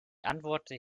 antworte